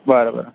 बरं बरं